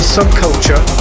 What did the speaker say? Subculture